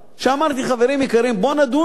ואמרתי: חברים יקרים, בואו נדון בה,